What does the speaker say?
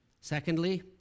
secondly